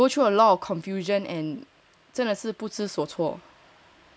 ya you will go through a lot of confusion and 真的真的真的不知所措